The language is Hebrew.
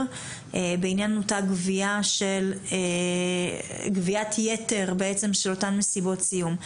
בעניין אותה גביית יתר של אותן מסיבות סיום.